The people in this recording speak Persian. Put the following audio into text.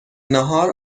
ناهار